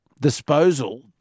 disposal